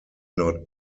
not